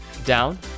Down